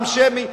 עם שמי,